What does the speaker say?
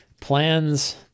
plans